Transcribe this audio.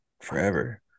forever